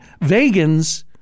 Vegans